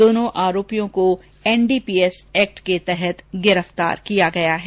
दोनों आरोपियों को एनडीपीएस एक्ट के तहत गिरफ्तार किया है